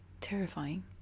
terrifying